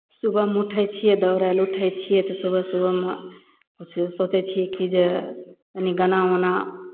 सुबहमे उठय छियै दौड़य लए उठय छियै तऽ सुबह सुबहमे कुछ सोचय छियै कि जे कनी गाना उना